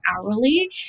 hourly